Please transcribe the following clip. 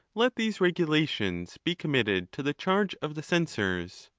let these regulations be committed to the charge of the censors.